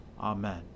Amen